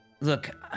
look